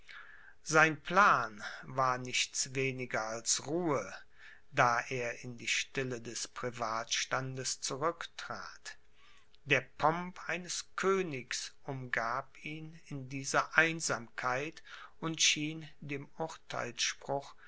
sein plan war nichts weniger als ruhe da er in die stille des privatstandes zurücktrat der pomp eines königs umgab ihn in dieser einsamkeit und schien dem